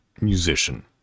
musician